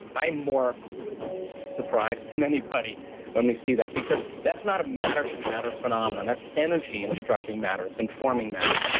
i'm more surprised than anybody when we see that because that's not a matter to matter phenomenon. that's energy instructing matter. it's informing matter,